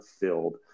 filled